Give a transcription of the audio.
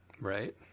Right